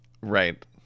Right